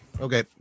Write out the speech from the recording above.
Okay